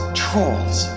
trolls